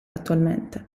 attualmente